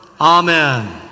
Amen